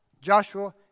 Joshua